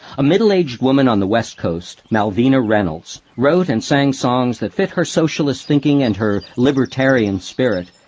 a middle-aged woman on the west coast, malvina reynolds, wrote and sang songs that fit her socialist thinking and her libertarian spirit,